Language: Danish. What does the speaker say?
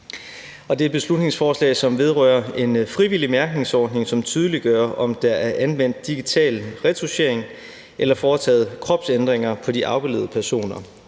det er et beslutningsforslag, som vedrører en frivillig mærkningsordning, som tydeliggør, om der er anvendt digital retouchering eller foretaget kropsændringer på de afbildede personer.